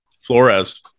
Flores